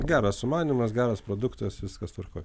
geras sumanymas geras produktas viskas tvarkoj